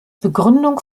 begründung